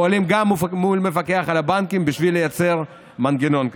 פועלים גם מול המפקח על הבנקים בשביל לייצר מנגנון כזה.